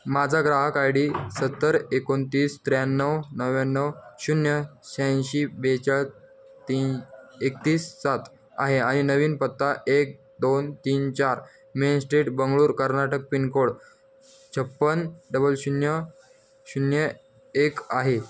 माझा ग्राहक I D सत्तर एकोणतीस त्र्याण्णव नव्याण्णव शून्य शहाऐंशी बेचाळीस तीन एकतीस सात आहे आणि नवीन पत्ता एक दोन तीन चार main street Bengaluru Karnataka pincode छप्पन डबल शून्य शून्य एक आहे